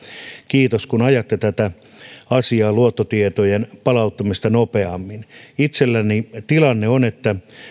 kiitos kun ajatte tätä asiaa luottotietojen palauttamisesta nopeammin itselläni tilanne on että